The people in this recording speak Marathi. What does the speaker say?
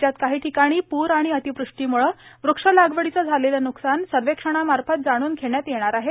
राज्यात काही ठिकाणी पूर आणि अतिवृष्टीम्ळं वृक्ष लागवडीचं झालेलं न्कसान सव्र्हेक्षणामार्फत जाणून घेण्यात येणार आहे